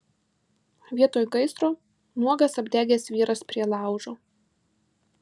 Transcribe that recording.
vietoj gaisro nuogas apdegęs vyras prie laužo